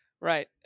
Right